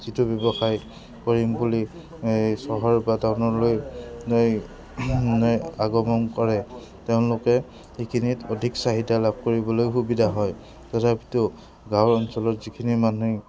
যিটো ব্যৱসায় কৰিম বুলি এই চহৰ বা টাউনৰলৈ আগমন কৰে তেওঁলোকে সেইখিনিত অধিক চাহিদা লাভ কৰিবলৈ সুবিধা হয় তথাপিতো গাঁৱৰ অঞ্চলত যিখিনি মানুহে